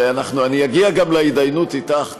הרי אני אגיע גם להתדיינות אתך.